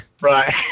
Right